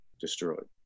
destroyed